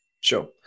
Sure